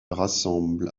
rassemble